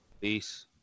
Peace